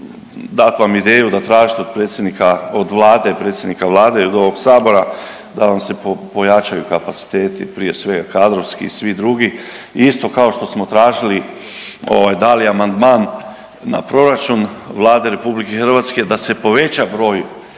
dat vam ideju da tražite od predsjednika, od Vlade, od predsjednika Vlade i od ovoga Sabora da vam se pojačaju kapaciteti prije svega kadrovski i svi drugi isto kao što smo tražili i dali amandman na proračun Vlade Republike Hrvatske da se poveća broj